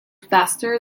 faster